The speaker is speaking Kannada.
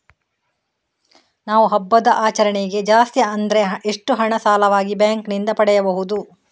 ನಾವು ಹಬ್ಬದ ಆಚರಣೆಗೆ ಜಾಸ್ತಿ ಅಂದ್ರೆ ಎಷ್ಟು ಹಣ ಸಾಲವಾಗಿ ಬ್ಯಾಂಕ್ ನಿಂದ ಪಡೆಯಬಹುದು?